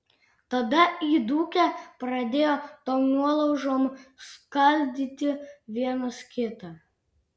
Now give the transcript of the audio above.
tada įdūkę pradėjo tom nuolaužom skaldyti vienas kitą